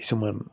কিছুমান